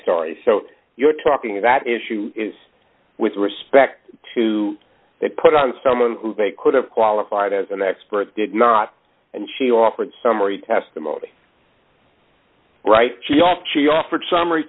sorry you're talking of that issue with respect to that put on someone who may could have qualified as an expert did not and she offered summary testimony right she off she offered summary